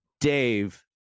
Dave